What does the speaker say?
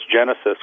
genesis